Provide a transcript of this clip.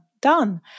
done